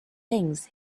things